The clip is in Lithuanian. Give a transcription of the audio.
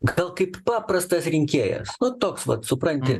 gal kaip paprastas rinkėjas nu toks vat supranti